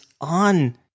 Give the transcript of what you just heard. on